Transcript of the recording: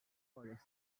for